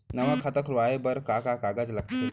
नवा खाता खुलवाए बर का का कागज लगथे?